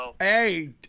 Hey